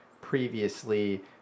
Previously